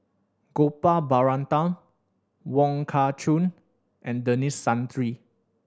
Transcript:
Gopal Baratham Wong Kah Chun and Denis Santry